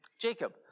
Jacob